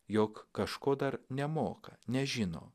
jog kažko dar nemoka nežino